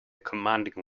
commanding